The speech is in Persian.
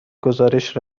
گزارش